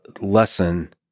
lesson